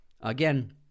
Again